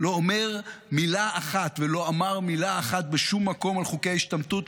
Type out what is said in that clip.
לא אומר מילה אחת ולא אמר מילה אחת בשום מקום על חוקי ההשתמטות,